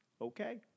okay